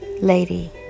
Lady